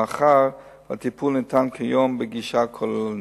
מאחר שהטיפול ניתן כיום בגישה כוללנית.